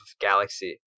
galaxy